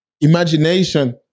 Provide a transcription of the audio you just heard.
imagination